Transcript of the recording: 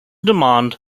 demand